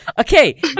Okay